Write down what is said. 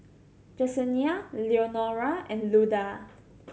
Jesenia Leonora and Luda